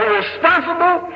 responsible